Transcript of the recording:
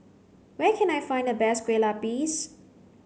where can I find the best kueh lapis